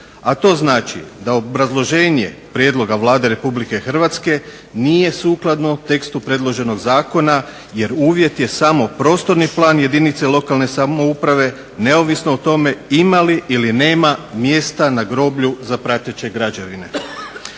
a to znači da obrazloženje prijedloga Vlade RH nije sukladno tekstu predloženog zakona jer uvjet je samo prostorni plan jedinica lokalne samouprave neovisno o tome ima li ili nema mjesta na groblju za prateće građevine.